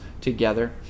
together